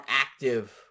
active